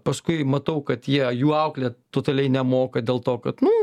paskui matau kad jie jų auklėt totaliai nemoka dėl to kad nu